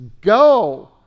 go